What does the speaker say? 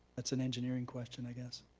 that's an engineering question, i guess.